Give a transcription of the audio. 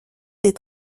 des